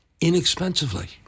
inexpensively